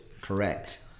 correct